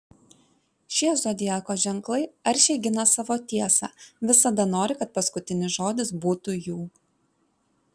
šie zodiako ženklai aršiai gina savo tiesą visada nori kad paskutinis žodis būtų jų